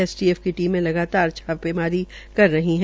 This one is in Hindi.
एसटीएफ की टीमें लगातार छापेमारी कर रही है